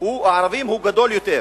הוא גדול יותר.